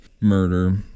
murder